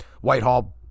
Whitehall